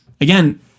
again